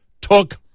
took